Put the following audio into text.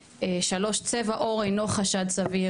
צבע עור אינו חשד סביר.